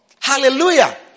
Hallelujah